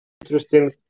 interesting